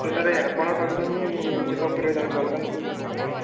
ମୁଁ ସାର୍ ଆପଣଙ୍କ ପାଖରୁ ହିଁ ଚେକଅପ୍ କରିବାକୁ ଚାହୁଁଛି ଅଲଗା ଲୋକଙ୍କ ପାଖରୁ ନୁହଁ